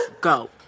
go